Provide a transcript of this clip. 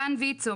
גן ויצ"ו,